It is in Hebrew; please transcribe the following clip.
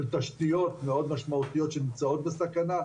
של תשתיות מאוד משמעותיות שנמצאות בסכנה,